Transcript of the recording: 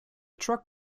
truck